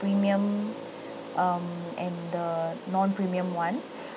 premium um and the non premium one